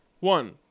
One